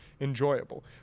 enjoyable